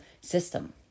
system